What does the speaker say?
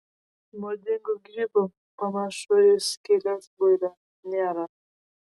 nuodingų grybų panašių į skylėtbudę nėra